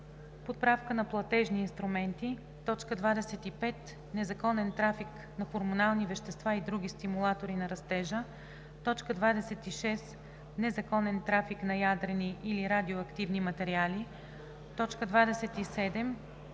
подправка на платежни инструменти; 25. незаконен трафик на хормонални вещества и други стимулатори на растежа; 26. незаконен трафик на ядрени или радиоактивни материали; 27.